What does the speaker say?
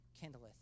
kindleth